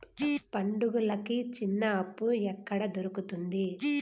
పండుగలకి చిన్న అప్పు ఎక్కడ దొరుకుతుంది